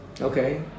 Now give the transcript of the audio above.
Okay